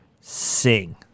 sing